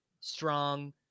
Strong